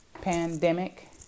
pandemic